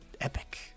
Epic